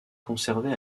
conservé